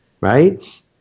Right